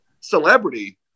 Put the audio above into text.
celebrity